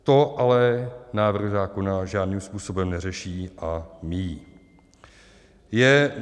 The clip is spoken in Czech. To ale návrh zákona žádným způsobem neřeší a míjí.